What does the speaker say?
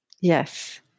Yes